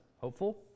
hopeful